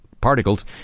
particles